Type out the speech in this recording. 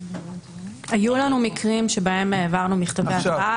היו לנו מקרים שבהם העברנו מכתבי התראה